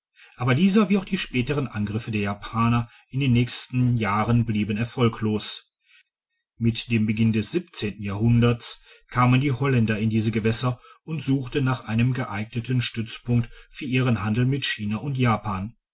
aber dieser wie auch die späteren angriffe der japaner in den nächsten jahren blieben erfolglos mit dem beginn des siebenten jahrhunderts kamen die holländer in diese gewässer und suchten nach einem geeigneten stützpunkt für ihren handel mit china und japan